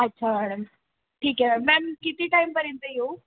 अच्छा मॅडम ठीक आहे मॅम किती टायमपर्यंत येऊ